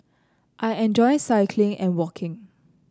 I enjoy cycling and walking